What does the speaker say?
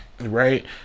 right